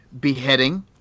beheading